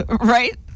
Right